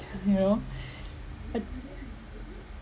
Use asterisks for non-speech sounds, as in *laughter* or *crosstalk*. you know *breath* *noise*